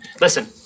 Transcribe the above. Listen